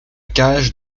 cage